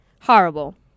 Horrible